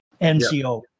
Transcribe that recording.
NCO